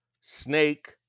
snake